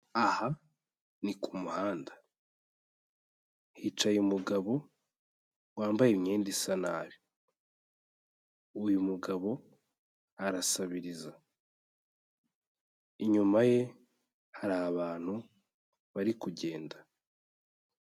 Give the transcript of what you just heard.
Aha ni ku muhanda. Hicaye umugabo wambaye imyenda isa nabi. Uyu mugabo arasabiriza. Inyuma ye hari abantu bari kugenda.